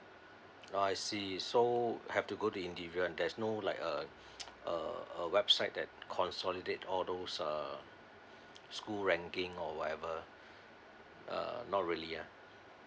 I see so have to go to individual there's no like uh uh a website that consolidate all those uh school ranking or whatever uh not really ah